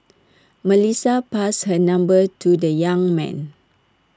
Melissa passed her number to the young man